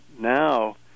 Now